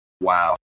Wow